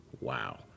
wow